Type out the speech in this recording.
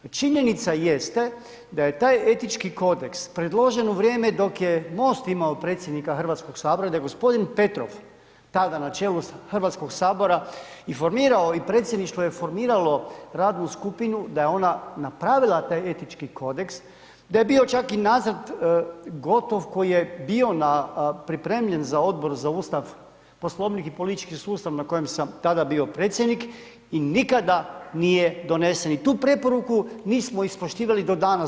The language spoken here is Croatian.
Činjenica jeste, da je taj etički kodeks, predložen u vrijeme, dok je Most imao predsjednika Hrvatskog sabora, da je gospodin Petrov, tada na čelu Hrvatskog sabora i formirao i predsjedništvo je formiralo radnu skupinu, da je ona napravila taj etički kodeks, da je bio čak i nacrt gotov koji je bio pripremljen za Odbor za Ustav, Poslovnik i politički sustav, na kojem sam tada bio predsjednik i nikada nije donesen i tu preporuku nismo ispoštivali do danas.